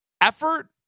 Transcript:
effort